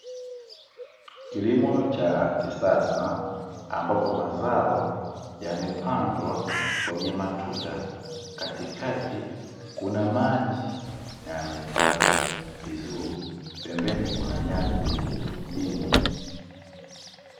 Kilimo cha kisasa, ambapo mazao yamepandwa kwenye matuta, katikati kuna maji na yamestawi vizuri, pembeni kuna nyasi nyingi.